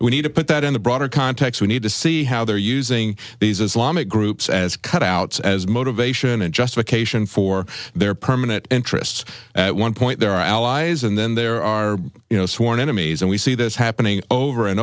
we need to put that in the broader context we need to see how they're using these islamic groups as cutouts as motivation and justification for their permanent interests at one point their allies and then there are you know sworn enemies and we see this happening over and